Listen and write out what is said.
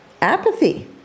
apathy